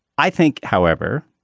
i think, however,